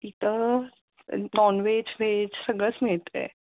तिथं non veg veg सगळंच मिळतं आहे